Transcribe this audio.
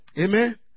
Amen